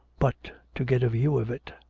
but to get a view of it.